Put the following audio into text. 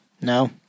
No